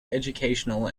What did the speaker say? educational